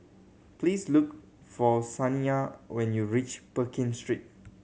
please look for Saniya when you reach Pekin Street